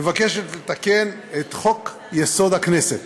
מבקשת לתקן את חוק-יסוד: הכנסת.